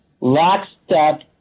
lockstep